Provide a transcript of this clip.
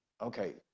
Okay